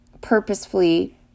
purposefully